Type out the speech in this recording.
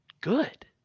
good